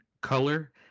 color